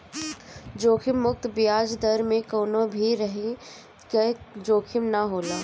जोखिम मुक्त बियाज दर में कवनो भी तरही कअ जोखिम ना होला